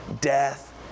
death